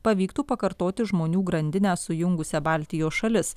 pavyktų pakartoti žmonių grandinę sujungusią baltijos šalis